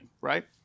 Right